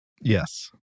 Yes